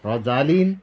Rosalind